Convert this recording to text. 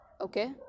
okay